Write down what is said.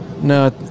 No